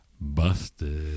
busted